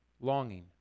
longing